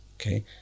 Okay